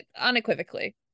Unequivocally